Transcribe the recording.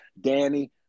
danny